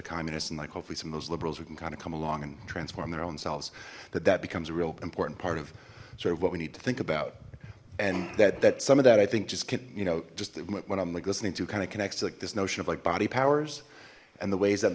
communists and like hopefully some of those liberals we can kind of come along and transform their own selves that that becomes a real weren't part of sort of what we need to think about and that that some of that i think just can't you know just when i'm listening to kind of connects to like this notion of like body powers and the ways that